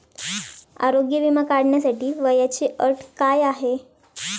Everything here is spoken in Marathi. आरोग्य विमा काढण्यासाठी वयाची अट काय आहे?